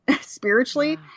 spiritually